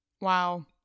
Wow